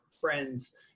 friends